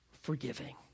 Forgiving